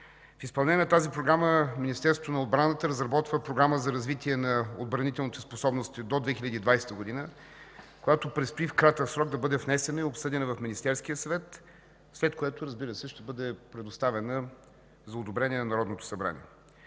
В изпълнение на тази програма Министерството на отбраната разработва Програма за развитие на отбранителните способности до 2020 г., която предстои в кратък срок да бъде внесена и обсъдена в Министерския съвет, след което ще бъде предоставена за одобрение на Народното събрание.